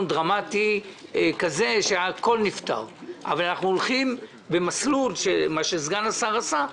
דרמטי, אבל אנחנו הולכים במסלול, מה שסגן השר עשה.